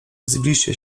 zbliżcie